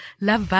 love